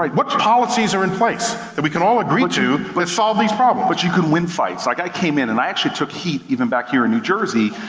like what policies are in place, that we can all agree to to solve these problems? but you can win fights. like i came in and i actually took heat, even back here in new jersey,